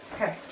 Okay